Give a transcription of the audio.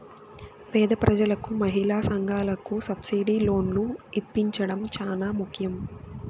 పేద ప్రజలకు మహిళా సంఘాలకు సబ్సిడీ లోన్లు ఇప్పించడం చానా ముఖ్యం